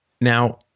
Now